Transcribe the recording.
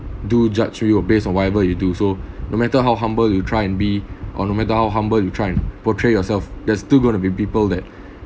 do judge you on based on whatever you do so no matter how humble you try and be or no matter how humble you try and portray yourself there's still going to be people that